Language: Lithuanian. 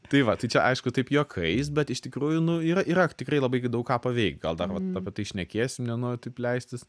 tai va tai čia aišku taip juokais bet iš tikrųjų nu yra yra tikrai labai daug ką paveikt gal dar vat apie tai šnekėsim nenoriu taip leistis